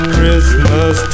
Christmas